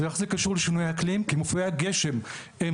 זה קשור לשינויי אקלים כי הם מופעי הגשם הם